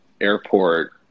airport